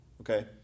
Okay